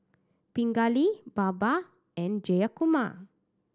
Pingali Baba and Jayakumar